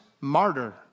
martyr